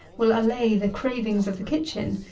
will allay the cravings of the kitchen,